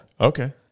Okay